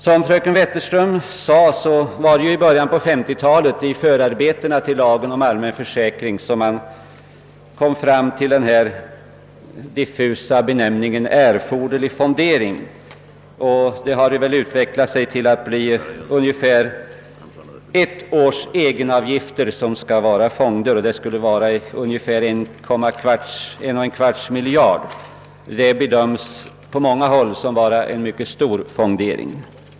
Som fröken Wetterström sade var det i början av 1950-talet som man — i förarbetena till lagen om allmän försäkring — kom fram till den diffusa benämningen = »erforderlig fondering». Systemet har utvecklat sig så att ungefär ett års egenavgifter skall vara fonder — det är ungefär 1,25 miljard. Detta bedöms på många håll som en mycket stor fondering.